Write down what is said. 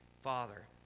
Father